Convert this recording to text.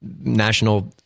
national